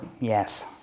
Yes